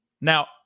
Now